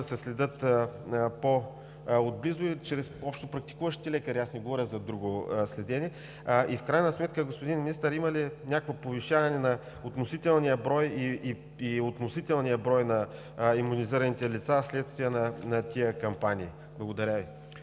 се следят по-отблизо чрез общопрактикуващите лекари, не говоря за друго следене. В крайна сметка, господин Министър, има ли някакво повишаване на относителния брой на имунизираните лица вследствие на тези кампании? Благодаря Ви.